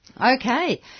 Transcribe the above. Okay